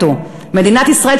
מדינת ישראל,